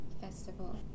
festival